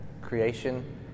Creation